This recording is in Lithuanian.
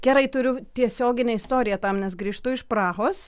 gerai turiu tiesioginę istoriją tam nes grįžtu iš prahos